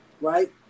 right